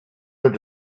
mit